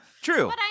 True